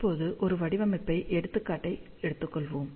இப்போது ஒரு வடிவமைப்பு எடுத்துக்காட்டை எடுத்துக்கொள்வோம்